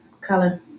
color